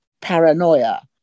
paranoia